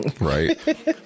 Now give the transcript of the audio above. Right